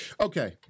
Okay